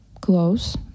close